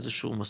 איזשהו מסלול,